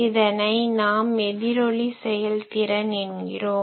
இதனை நாம் எதிரொலி செயல்திறன் என்கிறோம்